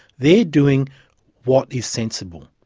they're doing what is sensible,